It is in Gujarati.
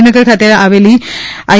ગાંધીનગર ખાતે આવેલી આઇ